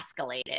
escalated